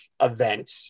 event